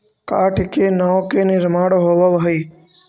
काठ से नाव के निर्माण होवऽ हई